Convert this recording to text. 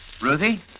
Ruthie